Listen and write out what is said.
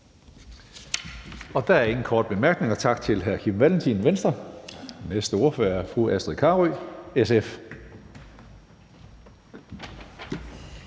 Der er ingen korte bemærkninger. Tak til hr. Kim Valentin, Venstre. Den næste ordfører er fru Astrid Carøe, SF.